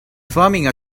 forming